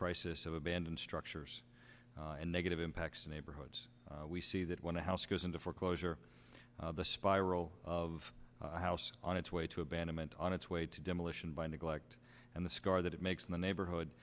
crisis of abandoned structures and negative impacts neighborhoods we see that when a house goes into foreclosure the spiral of a house on its way to abandonment on its way to demolition by neglect and the scar that it makes in the neighborhood